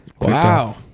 Wow